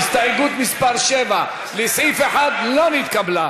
הסתייגות מס' 6 לסעיף 1 לא נתקבלה.